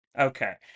Okay